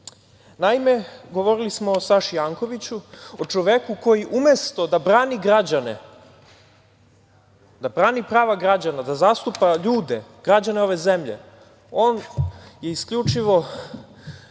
govorili smo o Saši Jankoviću, o čoveku koji umesto da brani građane, da brani prava građana, da zastupa ljude, građane ove zemlje, on je isključivo